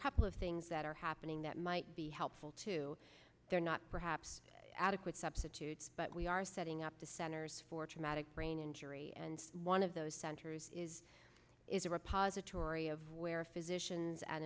couple of things that are happening that might be helpful to their not perhaps adequate substitutes but we are setting up the centers for traumatic brain injury and one of those centers is is a repository of where physicians and